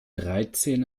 dreizehn